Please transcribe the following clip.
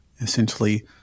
essentially